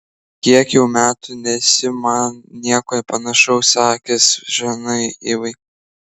kiek jau metų nesi man nieko panašaus sakęs žanai ivai